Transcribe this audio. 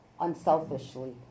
unselfishly